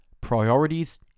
priorities